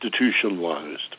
institutionalized